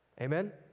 Amen